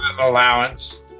allowance